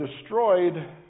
destroyed